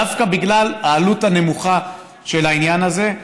דווקא בגלל העלות הנמוכה של העניין הזה,